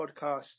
podcast